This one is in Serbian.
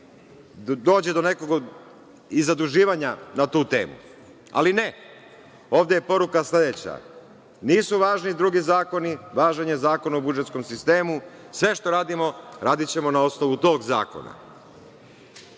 dođe do nekog iz zaduživanja na tu temu. Ali, ne, ovde je poruka sledeća. Nisu važni drugi zakoni, važan je Zakon o budžetskom sistemu. Sve što radimo, radićemo na osnovu tog zakona. Naravno